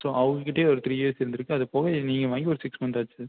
so அவங்ககிட்டியே ஒரு three years இருந்துருக்கு அதுப்போக நீங்கள் வாங்கி ஒரு சிக்ஸ் மந்த் ஆச்சு சார்